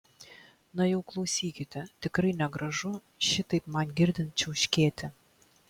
na jau klausykite tikrai negražu šitaip man girdint čiauškėti